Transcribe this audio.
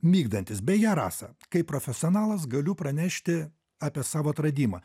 migdantys beje rasa kaip profesionalas galiu pranešti apie savo atradimą